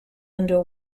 under